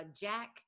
Jack